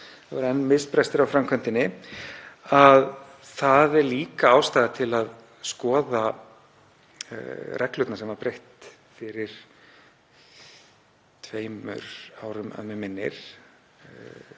þá, enn er misbrestur á framkvæmdinni, að það er líka ástæða til að skoða reglurnar sem var breytt fyrir tveimur árum, að mig minnir,